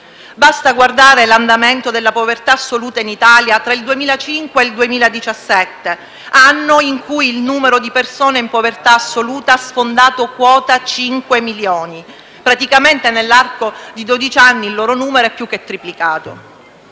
Basta guardare l'andamento della povertà assoluta in Italia tra il 2005 e il 2017, anno in cui il numero di persone in povertà assoluta ha sfondato quota 5 milioni. Praticamente, nell'arco di dodici anni il loro numero è più che triplicato.